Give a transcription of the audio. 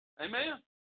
Amen